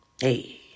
hey